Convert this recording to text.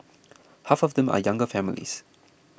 half of them are younger families